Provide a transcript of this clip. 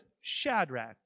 Shadrach